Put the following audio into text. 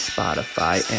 Spotify